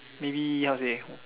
maybe how to say